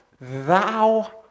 thou